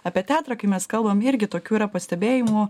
apie teatrą kai mes kalbam irgi tokių yra pastebėjimų